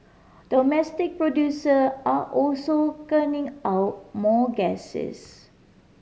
domestic producer are also out more gases